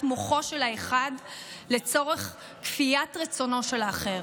מוחו של האחד לצורך כפיית רצונו של האחר.